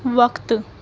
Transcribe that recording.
وقت